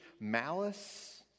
malice